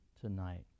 tonight